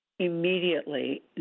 immediately